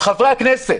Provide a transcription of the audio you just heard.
חברי הכנסת,